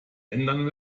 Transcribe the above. ändern